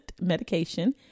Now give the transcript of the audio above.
medication